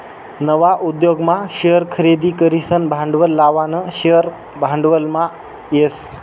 नवा उद्योगमा शेअर खरेदी करीसन भांडवल लावानं शेअर भांडवलमा येस